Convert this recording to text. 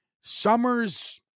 Summers